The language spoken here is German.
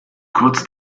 kurz